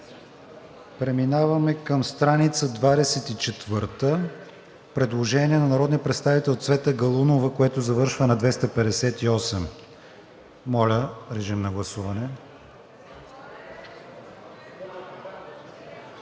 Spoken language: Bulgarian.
Преминаваме към страница 24. Предложение на народния представител Цвета Галунова, което завършва на 258. Моля, режим на гласуване.